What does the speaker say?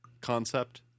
concept